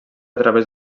través